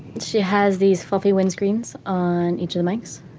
she has these fluffy windscreens on each of the mics,